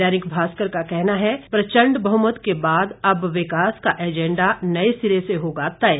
दैनिक भास्कर का कहना है प्रचंड बहुमत के बाद अब विकास का एजेंडा नए सिरे से होगा तय